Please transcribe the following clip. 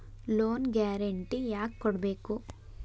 Loan guarantee ಯಾಕ್ ಕೊಡ್ಬೇಕು?